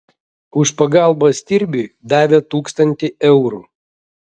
už pagalbą stirbiui davė tūkstantį eurų